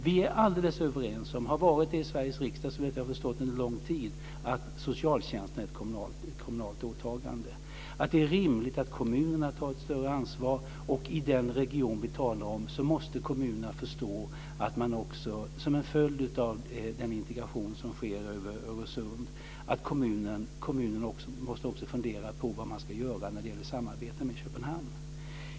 Vi är alldeles överens om - och det har vi, såvitt jag förstår, under lång tid varit i Sveriges riksdag - att socialtjänsten är ett kommunalt åtagande. Det är rimligt att kommunerna tar ett större ansvar. Kommunerna i den region som vi talar om måste förstå att också kommunen, som en följd av den integration som sker över Öresund, måste fundera över vad man ska göra när det gäller att samarbeta med Köpenhamn.